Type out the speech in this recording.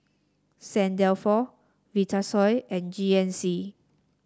Saint Dalfour Vitasoy and G N C